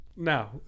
No